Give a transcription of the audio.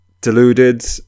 deluded